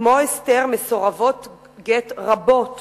כמו אסתר, מסורבות גט רבות